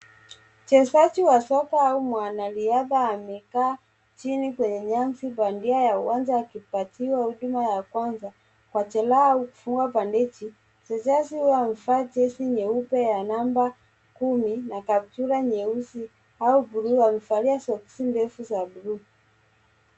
Mchezaji wa soka au mwanariadha amekaa chini kwenye nyasi bandia ya uwanja akipatiwa huduma ya kwanza kwa jeraha au kufungwa bandeji. Mchezaji huyu amevaa jezi nyeupe ya namba kumi na kaptura nyeusi au buluu amevali soksi ndefu za buluu.